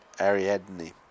Ariadne